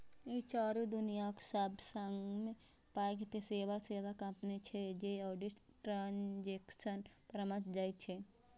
ई चारू दुनियाक सबसं पैघ पेशेवर सेवा कंपनी छियै जे ऑडिट, ट्रांजेक्शन परामर्श दै छै